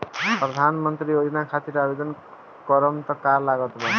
प्रधानमंत्री योजना खातिर आवेदन करम का का लागत बा?